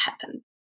happen